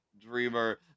Dreamer